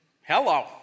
Hello